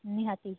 ନିହାତି